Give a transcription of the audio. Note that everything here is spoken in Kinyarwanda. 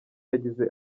yagize